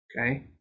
Okay